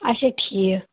اچھا ٹھیٖک